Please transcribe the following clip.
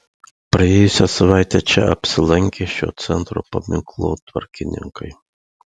praėjusią savaitę čia apsilankė šio centro paminklotvarkininkai